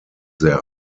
sehr